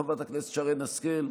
חברת הכנסת שרן השכל,